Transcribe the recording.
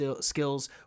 skills